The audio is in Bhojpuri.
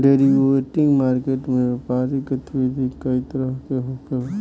डेरिवेटिव मार्केट में व्यापारिक गतिविधि कई तरह से होखेला